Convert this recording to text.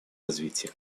развития